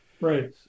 Right